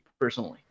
personally